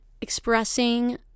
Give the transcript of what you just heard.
expressing